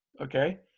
Okay